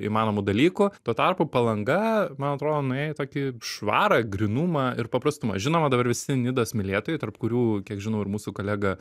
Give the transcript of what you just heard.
įmanomų dalykų tuo tarpu palanga man atrodo nuėjo į tokį švarą grynumą ir paprastumą žinoma dabar visi nidos mylėtojai tarp kurių kiek žinau ir mūsų kolega